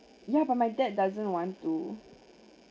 ya but my dad doesn't want to